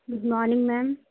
good morning ma'am